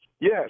Yes